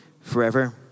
forever